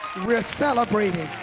we're celebrating.